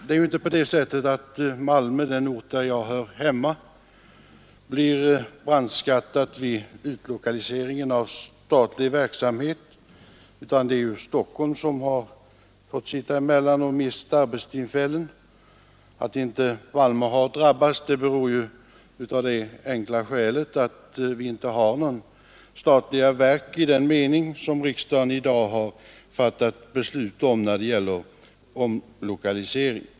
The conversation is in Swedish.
Det är inte så att Malmö, den ort där jag hör hemma, har blivit brandskattat vid utlokalisering av statlig verksamhet. Det är i stället Stockholm som har fått sitta emellan och som har gått miste om arbetstillfällen. Anledningen till att inte Malmö drabbats är helt enkelt att vi inte har några statliga verk i den mening som innefattas av riksdagens beslut om omlokalisering.